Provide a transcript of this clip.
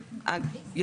במעמד הזה,